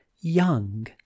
young